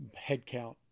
headcount